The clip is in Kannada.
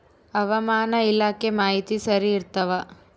ಹವಾಮಾನ ಇಲಾಖೆ ಮಾಹಿತಿ ಸರಿ ಇರ್ತವ?